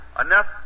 Enough